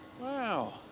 Wow